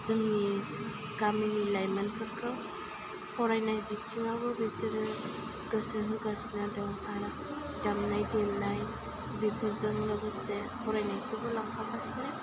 जोंनि गामिनि लाइमोनफोरखौ फरायनाय बिथिङावबो बिसोरो गोसो होगासिनो दं आरो दामनाय देनाय बेफोरजों लोगोसे फरायनायखौबो लांफागासिनो